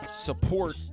support